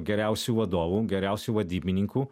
geriausių vadovų geriausių vadybininkų